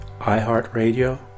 iHeartRadio